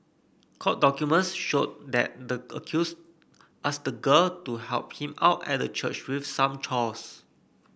court documents showed that the accused asked the girl to help him out at the church with some chores